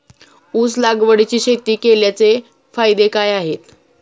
ऊस लागवडीची शेती केल्याचे फायदे काय आहेत?